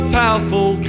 powerful